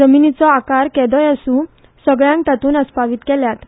जमनीचो आकार केदोय आसूं सगल्यांक तातूंत आसपावीत केल्यात